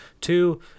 Two